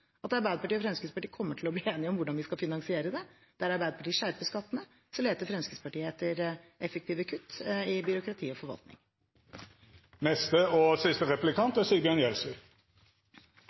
at Arbeiderpartiet og Fremskrittspartiet kommer til å bli enige om hvordan vi skal finansiere det. Der Arbeiderpartiet skjerper skattene, leter Fremskrittspartiet etter effektive kutt i byråkrati og